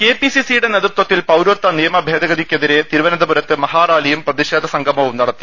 K P C C യുടെ നേതൃത്വത്തിൽ പൌരത്വ നിയമ ഭേദഗതി യ്ക്കെതിരെ തിരുവനന്തപുരത്ത് മഹാറാലിയും പ്രതിഷേധ സംഗ മവും നടത്തി